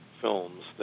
films